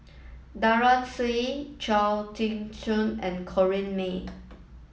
Daren Shiau Chia Tee Chiak and Corrinne May